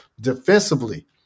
defensively